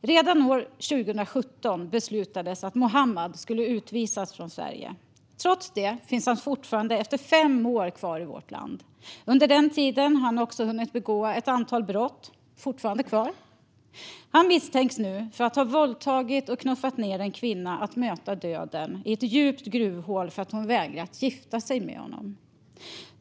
Redan år 2017 beslutades att Mohamad skulle utvisas från Sverige. Trots det finns han fortfarande efter fem år kvar i vårt land. Under den tiden har han hunnit begå ett antal brott; ändå är han kvar. Han misstänks nu för att ha våldtagit en kvinna och knuffat ned henne för att möta döden i ett djupt gruvhål för att hon vägrat gifta sig med honom.